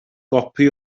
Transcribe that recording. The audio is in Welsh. gopi